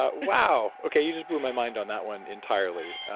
but wow. okay. you just blew my mind on that one entirely.